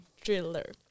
Driller